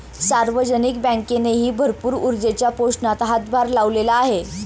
सार्वजनिक बँकेनेही भरपूर ऊर्जेच्या पोषणात हातभार लावलेला आहे